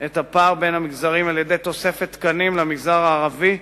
את הפער בין המגזרים על-ידי תוספת תקנים למגזר הערבי.